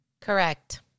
Correct